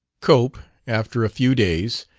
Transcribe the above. cope, after a few days,